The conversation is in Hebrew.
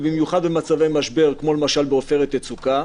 ובמיוחד במצבי משבר כמו למשל בעופרת יצוקה.